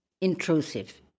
Intrusive